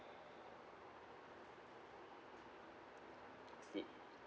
good